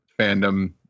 fandom